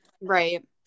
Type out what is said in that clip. right